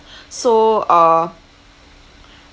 so uh